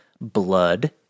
Blood